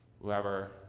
Whoever